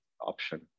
option